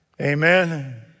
Amen